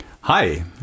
Hi